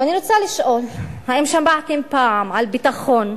ואני רוצה לשאול: האם שמעתם פעם על ביטחון,